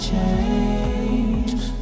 Change